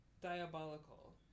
diabolical